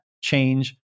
change